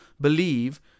believe